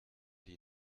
die